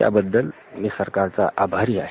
त्याबद्दल मी सरकारचा आभारी आहे